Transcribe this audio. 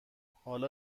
حالا